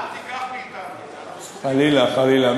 אל תיקח מאתנו את זה, אנחנו זקוקים, חלילה, חלילה.